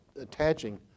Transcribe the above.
attaching